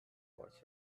quartz